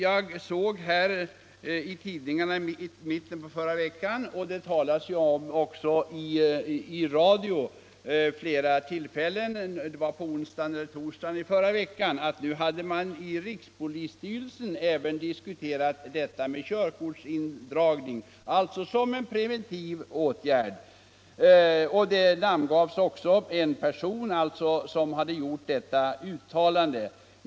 Sollentuna I mitten på förra veckan läste jag i tidningarna och hörde också talas om det i radio — onsdag eller torsdag — att man i rikspolisstyrelsen hade diskuterat frågan om körkortsindragning som en preventiv åtgärd. En person som hade gjort detta uttalande namngavs också.